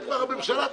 זה כבר הממשלה תחליט.